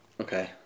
Okay